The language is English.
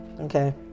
Okay